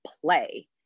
play